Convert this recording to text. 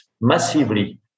massively